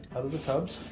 the tubs